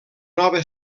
nova